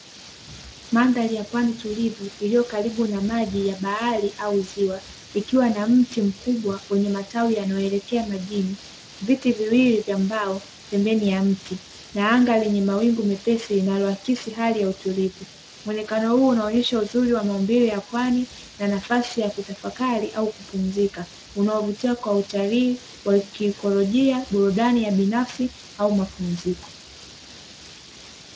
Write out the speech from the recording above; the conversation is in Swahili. Mandhari ya pwani tulivo iliyo karibu na maji ya bahari au ziwa, ikiwa na mti mkubwa wenye matawi yanayoelekea mjini, viti viwili vya mbao pembeni ya mti na anga lenye mawingu mepesi inayoakisi hali ya utulivu, mwonekano huu unaonyesha uzuri wa maumbile ya pwani na nafasi ya kutafakari au kupumzika unaovutia kwa utalii wa kiikologia, burudani ya binafsi au mapumziko.